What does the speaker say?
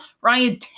Ryan